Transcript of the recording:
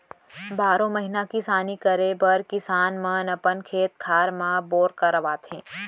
बारो महिना किसानी करे बर किसान मन अपन खेत खार म बोर करवाथे